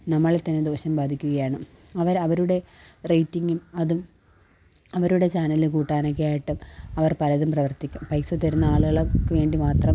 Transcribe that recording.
നമ്മളെ തന്നെ ദോഷം ബാധിക്കുകയാണ് അവര് അവരുടെ റേറ്റിംഗും അതും അവരുടെ ചാനലില് കൂട്ടാനൊക്കെയായിട്ട് അവര് പലതും പ്രവര്ത്തിക്കും പൈസ തരുന്ന ആളുകള്ക്കുവേണ്ടി മാത്രം